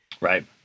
Right